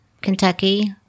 Kentucky